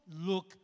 look